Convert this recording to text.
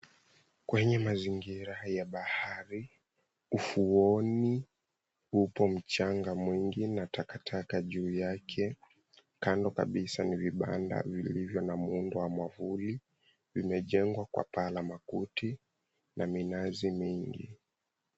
Kwenye mazingira ya bahari, ufuoni upo mchanga mwingi na takataka juu yake. Kando kabisa ni vibanda vilivyo na muundo wa mwavuli, vimejengwa kwa paa la makuti na minazi mingi.